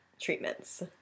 treatments